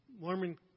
Mormon